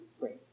great